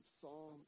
Psalm